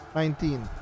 nineteen